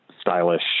stylish